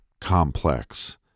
complex